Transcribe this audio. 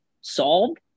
solved